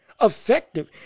effective